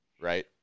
Right